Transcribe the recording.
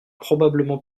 probablement